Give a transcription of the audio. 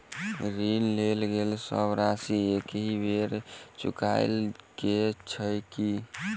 ऋण लेल गेल सब राशि एकहि बेर मे चुकाबऽ केँ छै की?